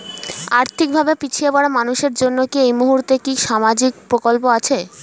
আর্থিক ভাবে পিছিয়ে পড়া মানুষের জন্য এই মুহূর্তে কি কি সামাজিক প্রকল্প আছে?